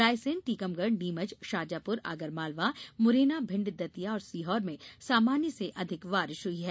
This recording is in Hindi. रायसेन टीकमगढ़ नीमच शाजापुर आगरमालवा मुरैना भिंड दतिया और सीहोर में सामान्य से अधिक बारिश हुई है